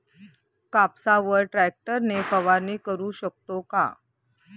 कापसावर ट्रॅक्टर ने फवारणी करु शकतो का?